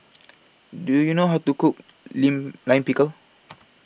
Do YOU know How to Cook Lim Lime Pickle